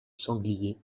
sanglier